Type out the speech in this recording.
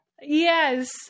Yes